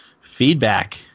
Feedback